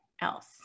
else